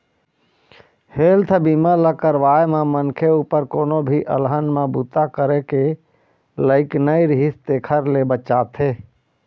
health बीमा ल करवाए म मनखे उपर कोनो भी अलहन म बूता करे के लइक नइ रिहिस तेखर ले बचाथे